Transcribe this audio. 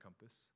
compass